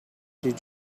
did